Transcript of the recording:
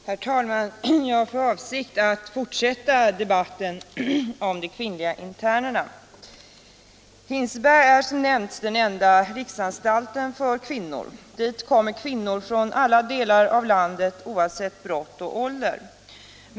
Herr talman! Jag har för avsikt att fortsätta debatten om de kvinnliga internerna. Hinseberg är som nämnts den enda riksanstalten för kvinnor. Dit kommer kvinnor från alla delar av landet oavsett brott och ålder.